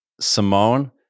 Simone